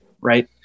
right